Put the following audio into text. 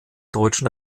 deutschen